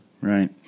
Right